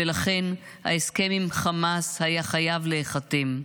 ולכן ההסכם עם חמאס היה חייב להיחתם.